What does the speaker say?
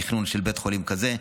תכנון של בית חולים כזה.